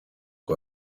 ngo